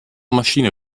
maschine